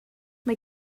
mae